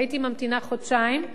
הייתי ממתינה חודשיים,